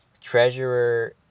treasurer